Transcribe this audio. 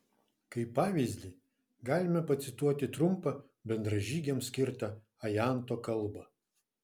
kaip pavyzdį galime pacituoti trumpą bendražygiams skirtą ajanto kalbą